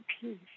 peace